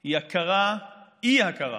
הוא אי-הכרה